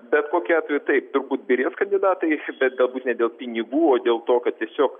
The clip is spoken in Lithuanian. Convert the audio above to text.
bet kokiu atveju taip turbūt byrės kandidatai bet galbūt ne dėl pinigų o dėl to kad tiesiog